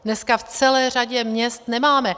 Dneska v celé řadě měst nemáme.